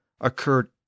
occurred